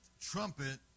trumpet